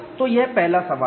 तो यह पहला सवाल है